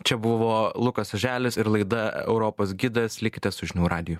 čia buvo lukas oželis ir laida europos gidas likite su žinių radiju